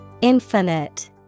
Infinite